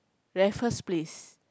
Raffles-Place